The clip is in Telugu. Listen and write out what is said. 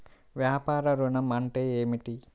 వ్యాపార ఋణం అంటే ఏమిటి?